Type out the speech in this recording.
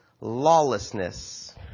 lawlessness